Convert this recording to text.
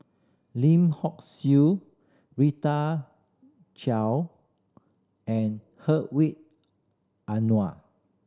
Lim Hock Siew Rita Chao and Anuar